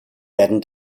werden